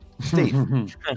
Steve